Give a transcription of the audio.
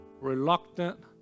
reluctant